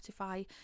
spotify